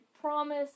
promise